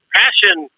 passion